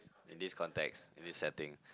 in this context in this setting